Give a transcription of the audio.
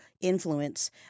influence